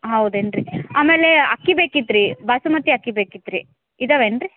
ಹೌದೇನ್ರೀ ಆಮೇಲೆ ಅಕ್ಕಿ ಬೇಕಿತ್ತು ರೀ ಬಾಸುಮತಿ ಅಕ್ಕಿ ಬೇಕಿತ್ತು ರೀ ಇದ್ದಾವೇನು ರೀ